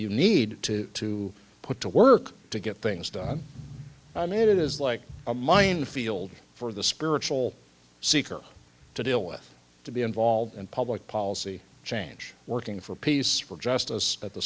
you need to to put to work to get things done i mean it is like a minefield for the spiritual seeker to deal with to be involved in public policy change working for peace or justice at the